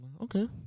Okay